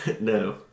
No